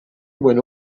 when